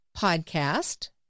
podcast